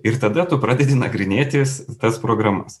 ir tada tu pradedi nagrinėtis tas programas